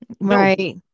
Right